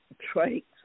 traits